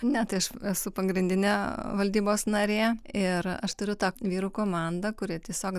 ne tai aš esu pagrindinė valdybos narė ir aš turiu tą vyrų komandą kuri tiesiog